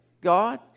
God